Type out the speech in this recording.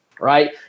right